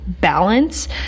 balance